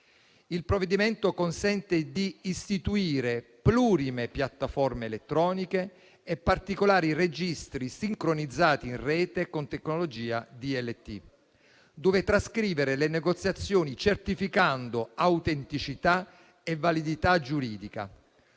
Il provvedimento consente di istituire plurime piattaforme elettroniche e particolari registri sincronizzati in rete con tecnologia DLT, dove trascrivere le negoziazioni certificando autenticità e validità giuridica.